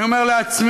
אני אומר לעצמי,